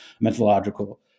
methodological